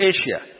Asia